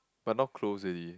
but now close already